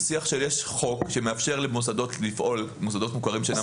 זה שיח של יש חוק שמאפשר למוסדות מוכרים שאינם רשמיים לפעול.